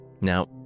Now